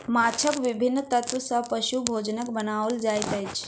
माँछक विभिन्न तत्व सॅ पशु भोजनक बनाओल जाइत अछि